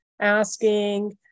asking